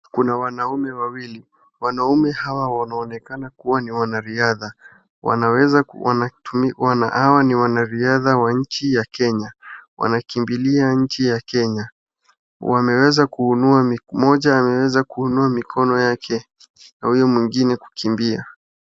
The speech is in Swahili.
Kuna wanaume wawili, wanaume hawa wanaonekana kuwa ni wanariadha, hawa ni wanariadha wa nchi ya Kenya. Wanakimbilia nchi ya Kenya, mmoja ameweza kuinua mikono yake na huyo mwingine kukimbia.